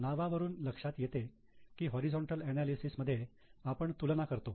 नावावरून लक्षात येते के होरिझोंटल अनालिसेस मध्ये आपण तुलना करतो